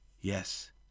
Yes